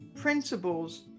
principles